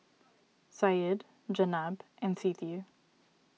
Syed Jenab and Siti